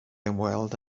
ymweld